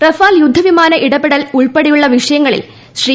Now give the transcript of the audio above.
റഫാൽയുദ്ധ വിമാന ഇടപാടിൽ ഉൾപ്പെടെയുള്ള വിഷയങ്ങളിൽ ശ്രീ